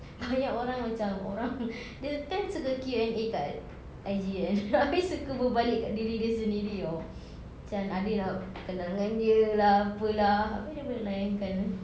banyak orang macam orang dia kan suka Q&A dekat I_G kan abeh suka berbalik dekat diri dia sendiri [tau] macam ada yang kenangan dia lah apa lah abeh dia boleh layankan eh